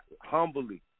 humbly